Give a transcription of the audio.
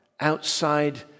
outside